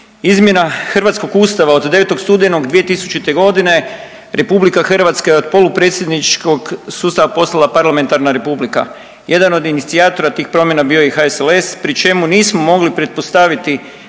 Izmjena hrvatskog Ustava od 9. studenog 2000. godine Republika Hrvatska je od polupredsjedničkog sustava postala parlamentarna Republika. Jedan od inicijatora tih promjena bio je i HSLS pri čemu nismo mogli pretpostaviti